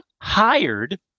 hired